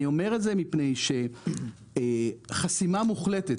אני אומר את זה מפני שחסימה מוחלטת,